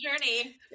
journey